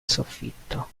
soffitto